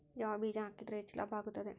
ಯಾವ ಬೇಜ ಹಾಕಿದ್ರ ಹೆಚ್ಚ ಲಾಭ ಆಗುತ್ತದೆ?